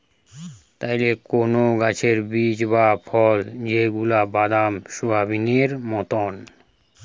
কোন গাছের বীজ বা ফল যেগুলা বাদাম, সোয়াবেনেই মতোন